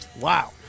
Wow